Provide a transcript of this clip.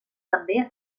també